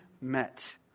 met